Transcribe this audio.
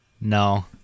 No